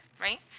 right